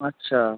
আচ্ছা